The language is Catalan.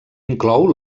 inclou